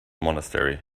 monastery